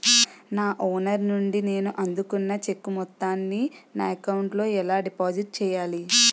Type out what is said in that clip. నా ఓనర్ నుండి నేను అందుకున్న చెక్కు మొత్తాన్ని నా అకౌంట్ లోఎలా డిపాజిట్ చేయాలి?